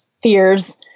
fears